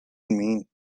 mean